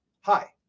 Hi